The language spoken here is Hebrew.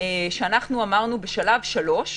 אמרנו בשלב 3,